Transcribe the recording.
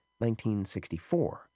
1964